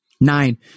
Nine